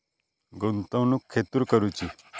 गुंतवणुक खेतुर करूची?